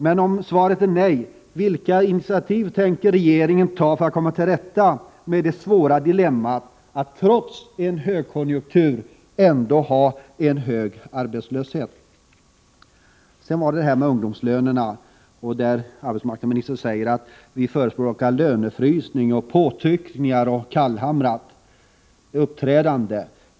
Men om svaret är nej, vilka initiativ tänker regeringen då ta för att komma till rätta med det svåra dilemmat att trots en högkonjunktur ändå ha en hög arbetslöshet? När det gäller ungdomslönerna sade arbetsmarknadsministern att vi förespråkar lönefrysning och påtryckningar samt kallhamrat uppträdande.